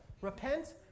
Repent